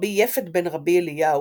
רבי יפת בן רבי אליהו,